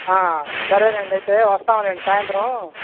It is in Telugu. సరేనండి అయితే వస్తాంలెండి సాయంత్రం